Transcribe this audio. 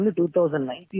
2019